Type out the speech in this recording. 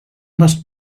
must